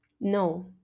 no